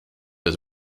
his